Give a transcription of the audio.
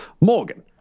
Morgan